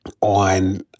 on